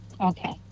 Okay